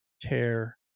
tear